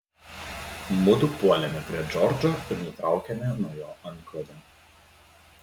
mudu puolėme prie džordžo ir nutraukėme nuo jo antklodę